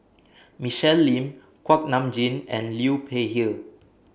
Michelle Lim Kuak Nam Jin and Liu Peihe